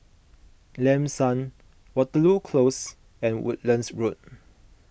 Lam San Waterloo Close and Woodlands Road